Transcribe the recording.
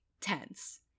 tense